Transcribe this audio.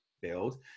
build